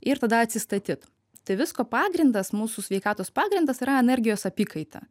ir tada atsistatyt tai visko pagrindas mūsų sveikatos pagrindas yra energijos apykaita